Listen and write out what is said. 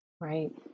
Right